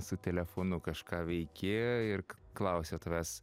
su telefonu kažką veiki ir klausiau tavęs